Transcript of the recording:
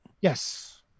Yes